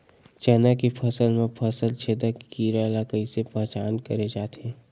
चना के फसल म फल छेदक कीरा ल कइसे पहचान करे जाथे?